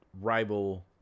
rival